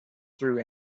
through